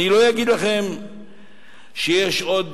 אני לא אגיד לכם שיש עוד,